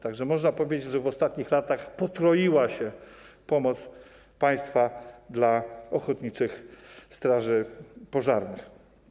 Tak że można powiedzieć, że w ostatnich latach potroiła się pomoc państwa dla ochotniczych straży pożarnych.